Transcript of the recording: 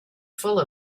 full